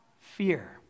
fear